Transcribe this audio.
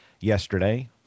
Yesterday